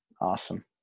Awesome